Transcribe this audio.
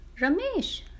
Ramesh